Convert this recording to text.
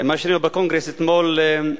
מה שראינו בקונגרס אתמול,